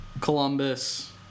Columbus